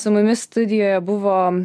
su mumis studijoje buvo